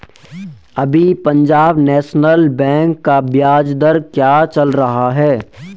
अभी Punjab national bank का ब्याज दर क्या चल रहा है?